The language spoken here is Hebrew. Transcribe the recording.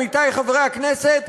עמיתי חברי הכנסת,